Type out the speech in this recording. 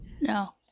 No